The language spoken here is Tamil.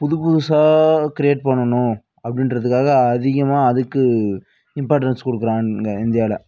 புதுபுதுசாக க்ரியேட் பண்ணணும் அப்படின்றதுக்காக அதிகமாக அதுக்கு இம்பார்ட்டன்ஸ் கொடுக்குறாங்க இந்தியாவில்